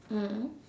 mm